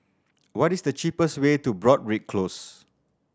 what is the cheapest way to Broadrick Close